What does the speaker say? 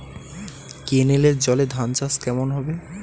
কেনেলের জলে ধানচাষ কেমন হবে?